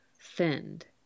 thinned